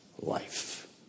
life